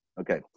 Okay